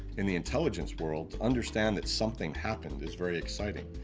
in the intelligence world, to understand that something happened is very exciting.